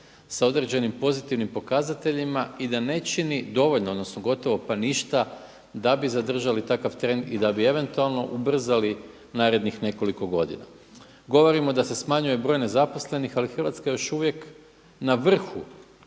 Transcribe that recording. sa određenim pozitivnim pokazateljima i da ne čini dovoljno odnosno gotovo pa ništa da bi zadržali takav trend i da bi eventualno ubrzali narednih nekoliko godina. Govorimo da se smanjuje broj nezaposlenih, ali Hrvatska je još uvijek na vrhu